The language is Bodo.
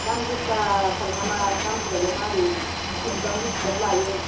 दाम गोसाथार नामा दामफ्रालाय माबोरै बिसिबां बिसिबां लायो